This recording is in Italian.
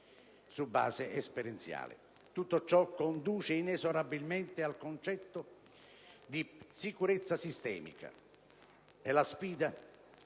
Tutto ciò conduce inesorabilmente al concetto di sicurezza sistemica, che è la sfida vera